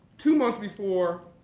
two months before